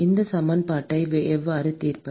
இந்த சமன்பாட்டை எவ்வாறு தீர்ப்பது